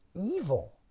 evil